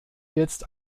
jetzt